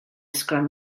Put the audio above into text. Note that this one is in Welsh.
sgrym